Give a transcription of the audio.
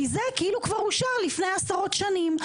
כי זה כאילו כבר אושר לפני עשרות שנים,